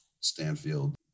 Stanfield